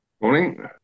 Morning